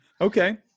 okay